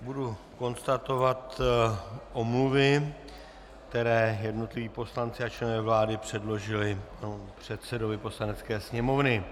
Budu konstatovat omluvy, které jednotliví poslanci a členové vlády předložili předsedovi Poslanecké sněmovny.